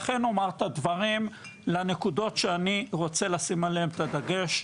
לכן אומר את הדברים בנקודות שאני רוצה לשים עליהן את הדגש,